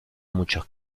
muchos